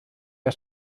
der